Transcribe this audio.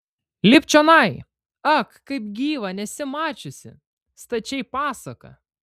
lipk čionai ak kaip gyva nesi mačiusi stačiai pasaka